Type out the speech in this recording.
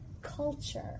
culture